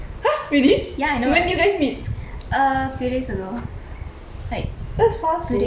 ya I know right err few days ago wait two days ago